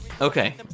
Okay